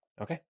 Okay